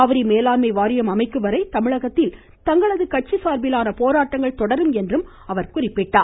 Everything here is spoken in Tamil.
காவிரி மேலாண்மை வாரியம் அமைக்கும் வரை தமிழகத்தில் தங்களது கட்சி சார்பிலான போராட்டங்கள் தொடரும் என்றார்